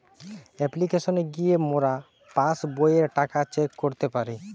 অপ্লিকেশনে গিয়ে মোরা পাস্ বইয়ের টাকা চেক করতে পারি